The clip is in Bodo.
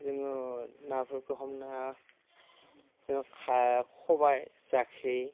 जोङो नाफोरखौ हमनो जोङो खबाय जेखाइ